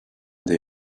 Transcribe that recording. they